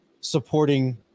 supporting